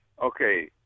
Okay